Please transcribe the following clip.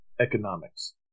economics